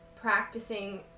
practicing